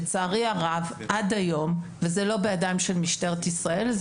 לצערי הרב עד היום וזה לא בידיים של משטרת ישראל אלא